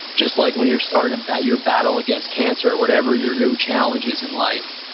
just like when you're starting and that year battle against cancer or whatever your new challenge is in life,